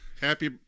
Happy